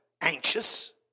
anxious